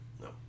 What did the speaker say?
No